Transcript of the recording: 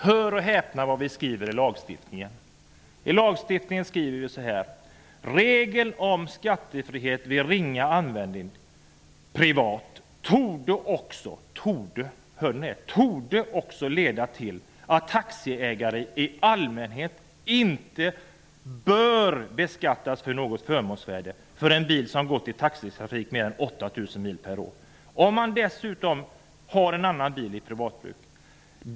Hör och häpna vad utskottet skriver om lagstiftningen: ''Regeln om skattefrihet vid ringa användning privat torde'' -- hörde ni, torde! -- ''också leda till att en taxiägare i allmän inte bör beskattas för något förmånsvärde för en bil som gått i taxitrafik mer än 8 000 mil per år, om han dessutom har en annan bil för privatbruk.